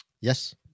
Yes